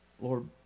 Lord